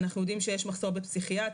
אנחנו יודעים שיש מחסור בפסיכיאטרים,